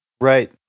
Right